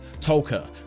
Tolka